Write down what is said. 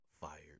fired